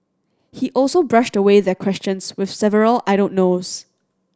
he also brushed away their questions with several I don't knows